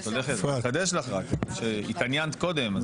התעניינת קודם.